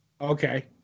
Okay